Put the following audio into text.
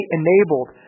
enabled